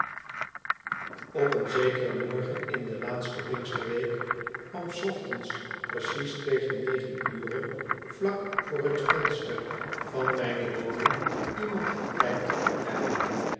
op een zekeren morgen in de laatste pinksterweek kwam s ochtends precies ten negen ure vlak voor het venster van mijne woning iemand het plein oprijden